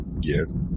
Yes